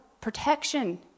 protection